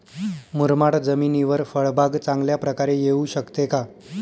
मुरमाड जमिनीवर फळबाग चांगल्या प्रकारे येऊ शकते का?